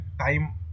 time